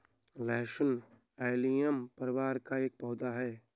लहसुन एलियम परिवार का एक पौधा है